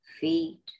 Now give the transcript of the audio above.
feet